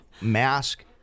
mask